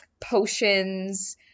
potions